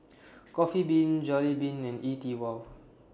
Coffee Bean Jollibean and E TWOW